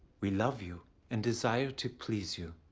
we love you and desire to please you.